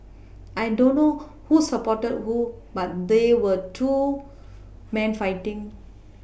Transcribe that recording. I don't know who supported who but there were two men fighting